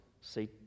see